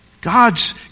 God's